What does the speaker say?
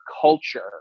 culture